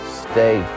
stay